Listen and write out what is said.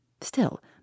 Still